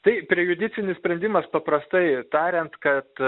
tai prejudicinis sprendimas paprastai tariant kad